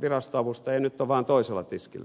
virastoavustajia ja nyt on vain toisella tiskillä